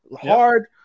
Hard